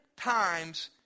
times